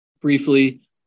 briefly